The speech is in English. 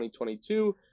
2022